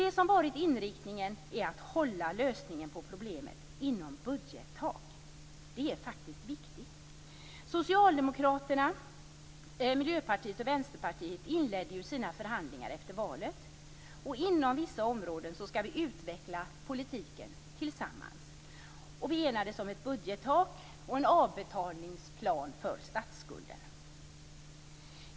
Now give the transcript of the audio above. Det som varit inriktningen är att hålla lösningen på problemet inom budgettaket. Det är viktigt. Socialdemokraterna, Miljöpartiet och Vänsterpartiet inledde ju sina förhandlingar efter valet. Inom vissa områden skall vi utveckla politiken tillsammans. Vi enades om ett budgettak och en avbetalningsplan för statsskulden.